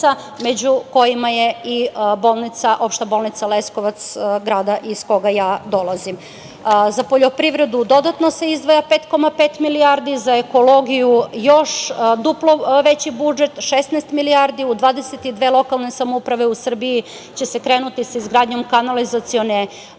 među kojima je i Opšta bolnica u Leskovcu, gradu iz koga ja dolazim.Za poljoprivredu dodatno se izdvaja 5,5 milijardi, za ekologiju još duplo veći budžet – 16 milijardi, u 22 lokalne samouprave u Srbiji će se krenuti sa izgradnjom kanalizacione mreže